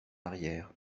arrière